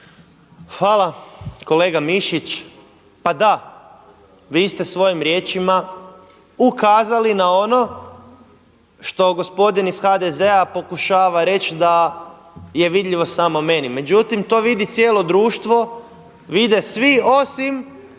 Hvala kolega Mišić. Pa da, vi ste svojim riječima ukazali na ono što gospodin iz HDZ-a pokušava reći da je vidljivo samo meni. Međutim to vidi cijelo društvo, vide svi osim